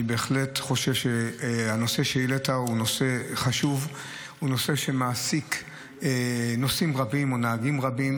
אני בהחלט חושב שהנושא שהעלית הוא נושא חשוב שמעסיק נהגים רבים